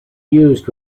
used